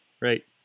Right